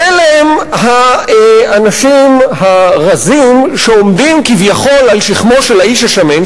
אלה הם האנשים הרזים שעומדים כביכול על שכמו של האיש השמן.